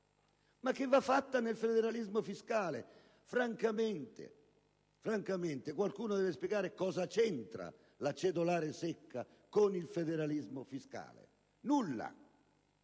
ma va fatta nel federalismo fiscale. Francamente, qualcuno deve spiegare cosa c'entra la cedolare secca con il federalismo fiscale. Nulla!